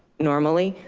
normally,